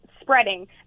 spreading